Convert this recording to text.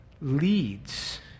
leads